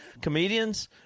comedians